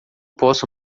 posso